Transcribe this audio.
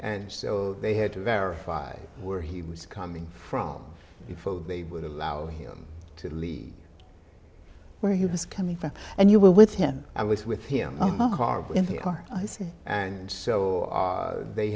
and so they had to verify where he was coming from before they would allow him to leave where he was coming from and you were with him i was with him in the our eyes and so they